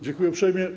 Dziękuję uprzejmie.